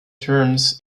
terms